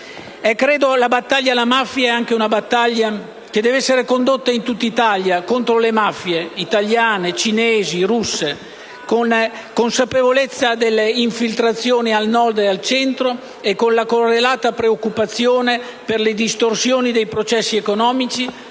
fenomeno. La battaglia alla mafia deve essere condotta in tutta Italia, contro le mafie italiane, cinesi e russe, con consapevolezza delle infiltrazioni al Nord e al Centro e con la correlata preoccupazione per le distorsioni dei processi economici,